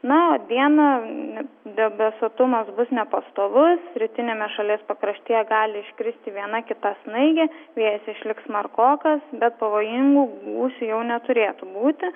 na o dieną debesuotumas bus nepastovus rytiniame šalies pakraštyje gali iškristi viena kita snaigė vėjas išliks smarkokas bet pavojingų gūsių jau neturėtų būti